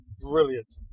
brilliant